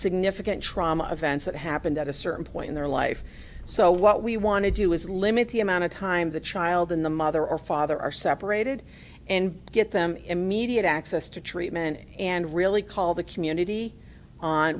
significant trauma events that happened at a certain point in their life so what we want to do is limit the amount of time the child in the mother or father are separated and get them immediate access to treatment and really call the community on